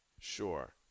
sure